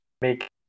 make